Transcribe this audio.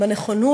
זה לא נכון.